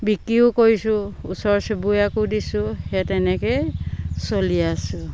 বিক্ৰীও কৰিছোঁ ওচৰ চুবুীয়াকো দিছোঁ সেই তেনেকেই চলি আছোঁ